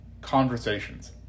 conversations